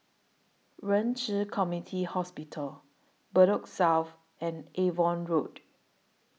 Ren Ci Community Hospital Bedok South and Avon Road